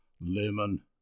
lemon